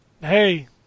Hey